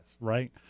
right